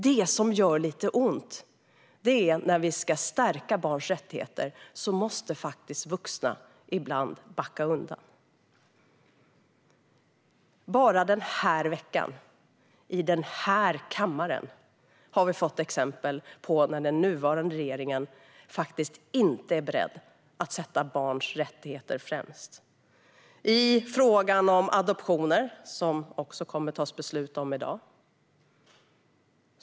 Det som gör lite ont är att när vi ska stärka barns rättigheter måste vuxna ibland backa undan. Bara under den här veckan i den här kammaren har vi fått exempel på att den nuvarande regeringen inte är beredd att sätta barns rättigheter främst. Det gäller frågan om adoptioner som det kommer att fattas beslut om i dag.